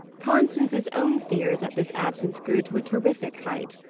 constance's own fears at this absence grew to a terrific height.